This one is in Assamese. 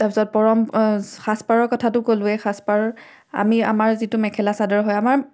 তাৰপিছত পৰম্প সাজপাৰৰ কথাটো ক'লোঁৱেই সাজপাৰ আমি আমাৰ যিটো মেখেলা চাদৰ হয় আমাৰ